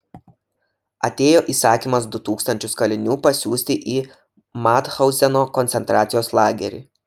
atėjo įsakymas du tūkstančius kalinių pasiųsti į mathauzeno koncentracijos lagerį